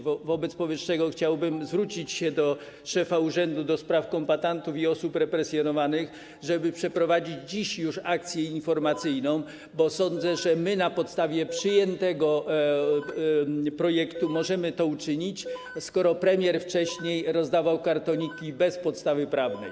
Wobec powyższego chciałbym zwrócić się do szefa Urzędu do Spraw Kombatantów i Osób Represjonowanych, żeby przeprowadzić już dziś akcję informacyjną, bo sądzę, że na podstawie przyjętego projektu ustawy możemy to uczynić, skoro premier wcześniej rozdawał kartoniki bez podstawy prawnej.